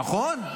נכון?